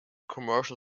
commercial